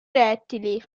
rettili